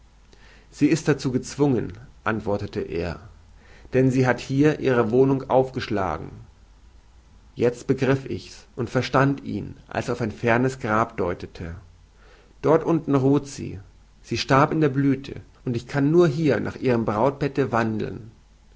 sie ist dazu gezwungen antwortete er denn sie hat hier ihre wohnung aufgeschlagen jezt begriff ichs und verstand ihn als er auf ein fernes grab deutete dort unten ruht sie sie starb in der blüthe und ich kann nur hier nach ihrem brautbette wandeln